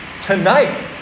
Tonight